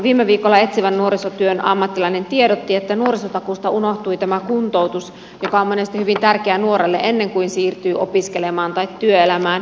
viime viikolla etsivän nuorisotyön ammattilainen tiedotti että nuorisotakuusta unohtui tämä kuntoutus joka on monesti hyvin tärkeää nuorelle ennen kuin hän siirtyy opiskelemaan tai työelämään